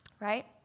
Right